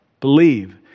believe